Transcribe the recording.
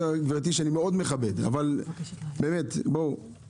אני אומר לגברתי שאני מכבד מאוד, אבל באמת, בואו.